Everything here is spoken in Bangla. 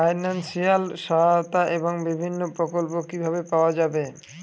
ফাইনান্সিয়াল সহায়তা এবং বিভিন্ন প্রকল্প কিভাবে পাওয়া যাবে?